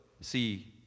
see